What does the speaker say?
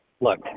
Look